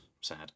sad